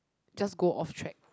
just go off track